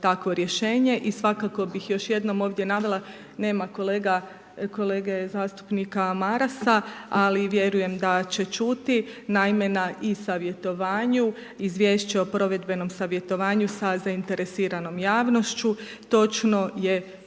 I svakako bi još jednom ovdje navela, nema kolege zastupnika Marasa, ali vjerujem da će čuti, naime na i-savjetovanju, izvješće o provedbenom savjetovanju sa zainteresiranom javnošću, točno je objavljeno